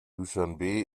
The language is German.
duschanbe